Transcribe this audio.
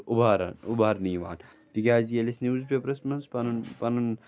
اُباران اُبارنہٕ یِوان تِکیٛازِ یِیٚلہِ أسۍ نِیوُز پیٚپرَس منٛز پَنُن پَنُن